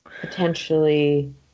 potentially